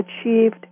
achieved